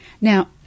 Now